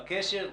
בקשר,